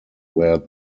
where